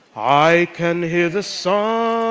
i can hear the song